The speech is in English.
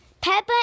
Peppa